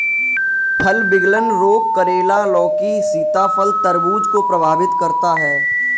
फल विगलन रोग करेला, लौकी, सीताफल, तरबूज को प्रभावित करता है